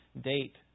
date